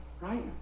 Right